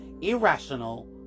irrational